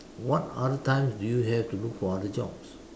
what other times do you have to look for other jobs